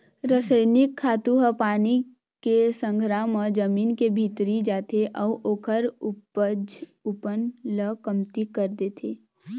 रसइनिक खातू ह पानी के संघरा म जमीन के भीतरी जाथे अउ ओखर उपजऊपन ल कमती कर देथे